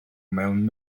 mewn